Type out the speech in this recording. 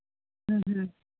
ਹੂੰ ਹੂੰ